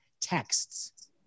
texts